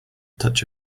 touch